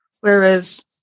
whereas